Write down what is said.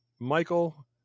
Michael